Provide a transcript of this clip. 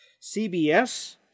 CBS